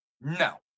No